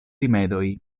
rimedoj